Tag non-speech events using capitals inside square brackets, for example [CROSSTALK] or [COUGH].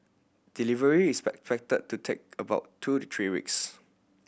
delivery is [UNINTELLIGIBLE] to take about two to three weeks